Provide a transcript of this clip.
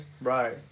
Right